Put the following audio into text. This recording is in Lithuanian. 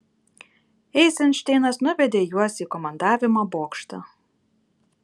eizenšteinas nuvedė juos į komandavimo bokštą